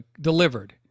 delivered